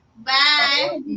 Bye